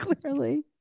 clearly